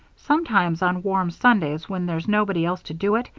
sometimes on warm sundays when there's nobody else to do it,